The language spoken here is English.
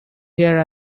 here